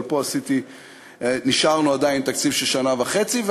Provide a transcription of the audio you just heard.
אבל פה השארנו עדיין תקציב של שנה וחצי,